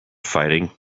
fighting